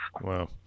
Wow